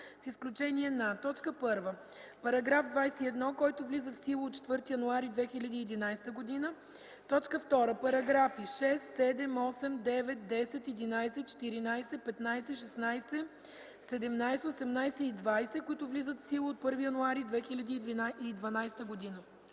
с изключение на: 1. Параграф 21, който влиза в сила от 4 януари 2011 г. 2. Параграфи 6, 7, 8, 9, 10, 11, 14, 15, 16, 17, 18 и 20, които влизат в сила от 1 януари 2012 г.”